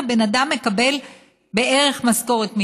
הבן אדם מקבל בערך משכורת מינימום,